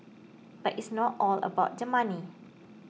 but it's not all about the money